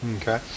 Okay